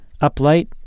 Uplight